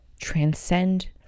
transcend